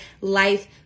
life